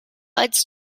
als